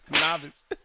Novice